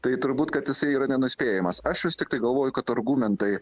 tai turbūt kad jisai yra nenuspėjamas aš vis tiktai galvoju kad argumentai